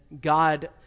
God